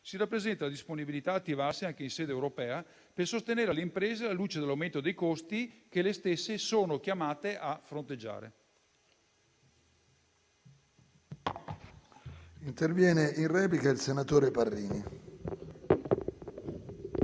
si rappresenta la disponibilità ad attivarsi anche in sede europea per sostenere le imprese alla luce dell'aumento dei costi che sono chiamate a fronteggiare.